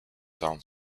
town